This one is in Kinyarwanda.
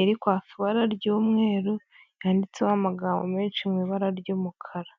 iri kwaka ibara ry'umweru, yanditseho amagambo menshi mu ibara ry'umukara.